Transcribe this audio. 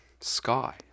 Sky